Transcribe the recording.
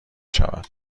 شود